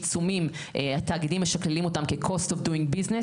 העיצומים התאגידים משקללים אותם כ-Cost of Doing Business,